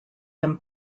them